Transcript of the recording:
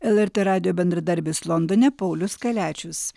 lrt radijo bendradarbis londone paulius kaliačius